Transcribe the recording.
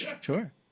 Sure